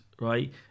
right